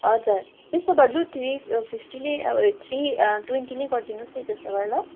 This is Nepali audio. हजर त्यसो भए लु थ्री फिफ्टी नै ए थ्री ट्वेन्टी नै गरिदिनुहोस् नि त्यसो भए ल